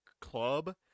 club